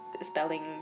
spelling